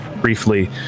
briefly